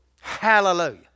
Hallelujah